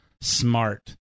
smart